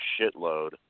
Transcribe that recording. shitload